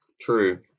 True